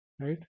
right